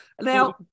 Now